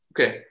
Okay